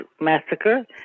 massacre